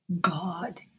God